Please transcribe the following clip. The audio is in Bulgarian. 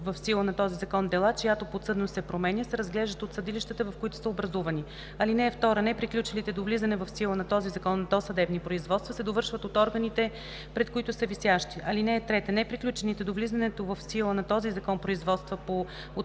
в сила на този Закон дела, чиято подсъдност се променя, се разглеждат от съдилищата, в които са образувани. (2) Неприключените до влизането в сила на този закон досъдебни производства се довършват от органите, пред които са висящи. (3) Неприключените до влизането в сила на този Закон производства по отменената